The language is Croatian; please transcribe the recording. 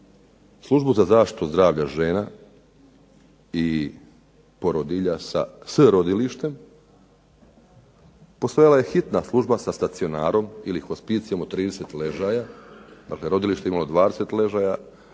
službu za zaštitu zdravlja žena i porodilja s rodilištem, postojala je hitna služba sa stacionarom ili hospicijom od 30 ležaja, dakle rodilište je imalo 20 ležaja,